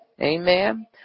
amen